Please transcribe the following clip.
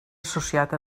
associat